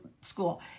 school